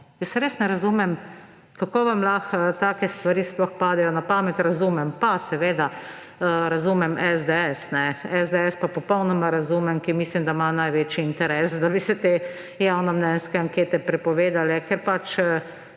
Jaz res ne razumem, kako vam lahko take stvari sploh padejo na pamet. Razumem pa, seveda, razumem SDS. SDS pa popolnoma razumem, mislim, da ima največji interes, da bi se te javnomnenjske ankete prepovedale, ker je